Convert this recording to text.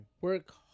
Work